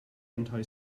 anti